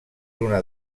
una